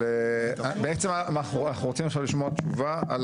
אבל אנחנו רוצים עכשיו לשמוע תשובה על